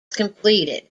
completed